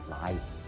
life